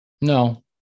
No